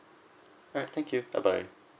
alright thank you bye bye